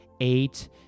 Eight